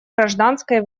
гражданской